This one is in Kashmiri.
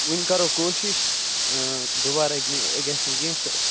وٕنۍ کَرو کوٗشِش دُبارٕ ہٮ۪کہِ نہٕ گژھِ نہٕ کیٚنہہ تہٕ